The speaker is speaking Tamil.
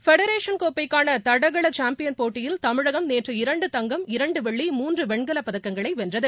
பெடரேஷன் கோப்பைக்கான தடகள சாம்பியன் போட்டியில் தமிழகம் நேற்று இரண்டு தங்கம் இரண்டு வெள்ளி மூன்று வெண்கலப்பதக்கங்களை வென்றது